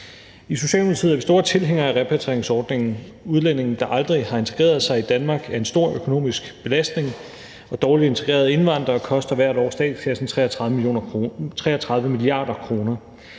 I Socialdemokratiet er vi store tilhængere af repatrieringsordningen. Udlændinge, der aldrig har integreret sig i Danmark, er en stor økonomisk belastning. Dårligt integrerede indvandrere koster hvert år statskassen 33 mia. kr.